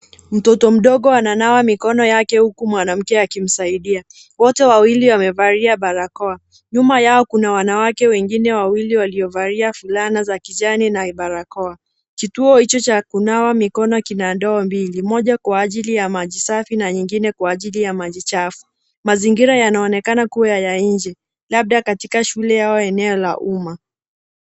Mtoto mdogo ananawa mikono yake huku mwanamke akimsaidia. Wote wawili wamevalia barakoa. Nyuma yao kuna wanawake wengine wawili waliovalia fulana za kijani na barakoa. Kituo hicho cha kunawa mikono kina ndoo mbili moja kwa ajili ya maji safi na nyingine kwa ajili ya maji chafu. Mazingira yanaonekana kuwa ya nje, labda katika shule au eneo la umma.